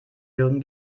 jürgen